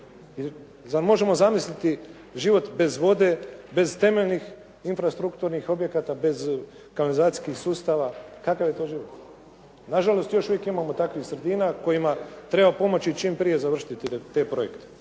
možemo zamisliti život bez vode, bez temeljnih infrastrukturnih objekata, bez kanalizacijskih sustava. Kakav je to život? Nažalost, još uvijek imamo takvih sredina kojima treba pomoći i čim prije završiti te projekte.